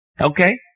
Okay